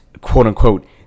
quote-unquote